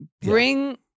bring